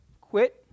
quit